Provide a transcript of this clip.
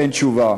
לפחות, אין תשובה.